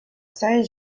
saint